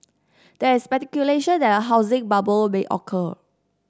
there is speculation that a housing bubble may occur